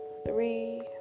three